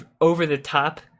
over-the-top